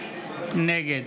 נגד